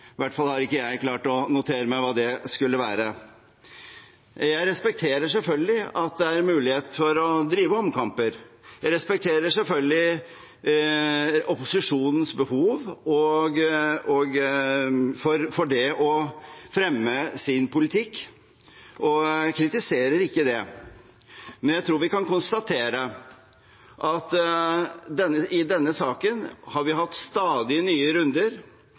hvert fall har ikke jeg klart å notere meg hva det skulle være. Jeg respekterer selvfølgelig at det er mulighet for å drive omkamper, jeg respekterer selvfølgelig opposisjonens behov for å fremme sin politikk, og jeg kritiserer ikke det. Men jeg tror vi kan konstatere at i denne saken har vi hatt stadig nye runder,